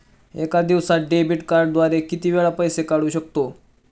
एका दिवसांत डेबिट कार्डद्वारे किती वेळा पैसे काढू शकतो?